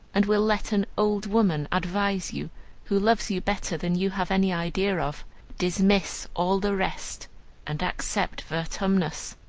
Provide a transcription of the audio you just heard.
and will let an old woman advise you who loves you better than you have any idea of dismiss all the rest and accept vertumnus,